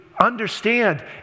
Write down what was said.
understand